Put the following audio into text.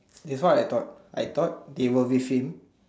this is what I thought I thought they were with him